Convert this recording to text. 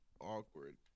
awkward